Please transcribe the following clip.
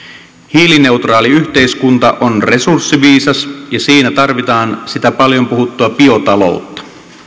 hiilineutraali yhteiskunta on resurssiviisas ja siinä tarvitaan sitä paljon puhuttua biotaloutta